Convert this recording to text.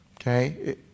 okay